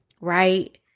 right